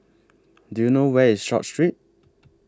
Do YOU know Where IS Short Street